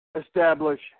establish